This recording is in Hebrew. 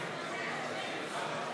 אנחנו הצבענו על הסתייגות מס' 26 בעמוד